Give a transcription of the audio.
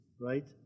right